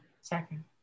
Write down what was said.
Second